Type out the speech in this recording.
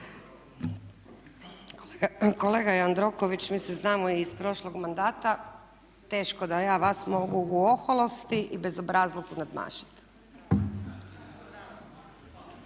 Kolega Jandroković, mi se znamo i iz prošlog mandata. Teško da ja vas mogu u oholosti i bezobrazlugu nadmašiti.